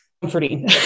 Comforting